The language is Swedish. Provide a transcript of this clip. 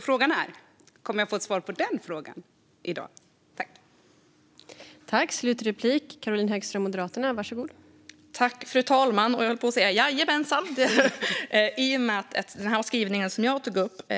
Frågan är: Kommer jag att få ett svar på den frågan i dag?